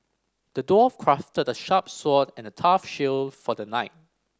the dwarf crafted a sharp sword and a tough shield for the knight